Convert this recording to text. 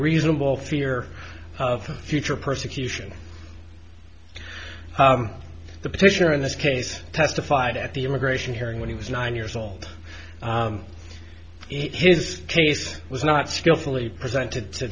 reasonable fear of future persecution the petitioner in this case testified at the immigration hearing when he was nine years old his case was not skilfully presented to